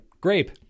grape